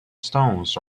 stones